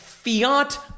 Fiat